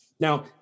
Now